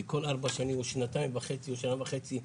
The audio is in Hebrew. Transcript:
כי כל 4 שנים או שנתיים וחצי או שנה וחצי,